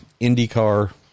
IndyCar